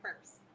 first